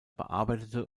bearbeitete